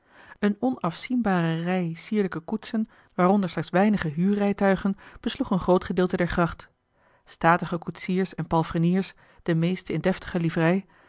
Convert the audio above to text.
eene onafzienbare rij sierlijke koetsen waaronder slechts weinige huurrijtuigen besloeg een groot gedeelte der gracht statige koetsiers en palfreniers de meeste in deftige livrei